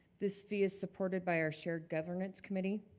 this fee is supported by our shared governance committee,